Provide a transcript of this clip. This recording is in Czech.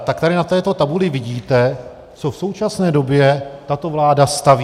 Tady tady na této tabuli vidíte, co v současné době tato vláda staví.